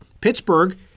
Pittsburgh